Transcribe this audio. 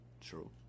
true